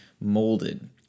molded